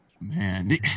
Man